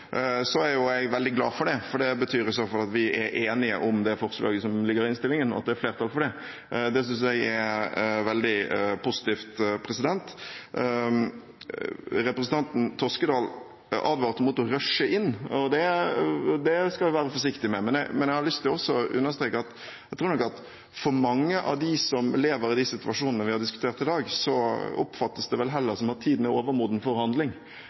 så fall at vi er enige om det forslaget som ligger i innstillingen, og at det er flertall for det. Det synes jeg er veldig positivt. Representanten Toskedal advarte mot å «rushe inn», og det skal vi være forsiktige med, men jeg har lyst til å understreke at jeg tror nok for mange av dem som lever i de situasjonene som vi har diskutert i dag, oppfattes det vel heller som at tiden er overmoden